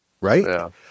right